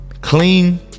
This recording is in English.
clean